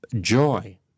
joy